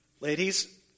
Ladies